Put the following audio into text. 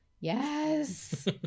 Yes